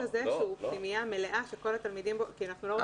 רק כזה שהוא פנימייה מלאה שכל התלמידים בו הם כי אנחנו לא רוצים מצב